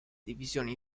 divisioni